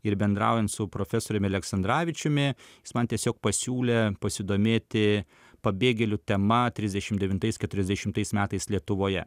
ir bendraujant su profesoriumi aleksandravičiumi jis man tiesiog pasiūlė pasidomėti pabėgėlių tema trisdešimt devintais keturiasdešimtais metais lietuvoje